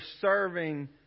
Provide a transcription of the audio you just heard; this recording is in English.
serving